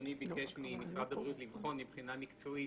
אדוני ביקש ממשרד הבריאות לבחון מבחינה מקצועית